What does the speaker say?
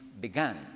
began